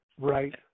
Right